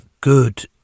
good